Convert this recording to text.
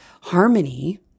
harmony